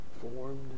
formed